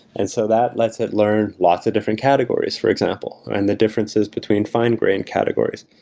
and so that lets it learn lots of different categories for example and the differences between fine grain categories.